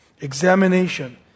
Examination